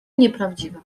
nieprawdziwe